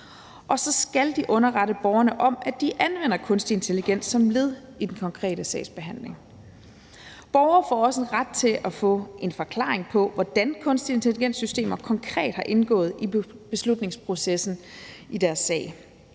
Og så skal de underrette borgerne om, at de anvender kunstig intelligens som led i den konkrete sagsbehandling. Borgere får også ret til at få en forklaring på, hvordan kunstig intelligens-systemer konkret har indgået i beslutningsprocessen i deres sag.